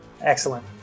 Excellent